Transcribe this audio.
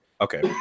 Okay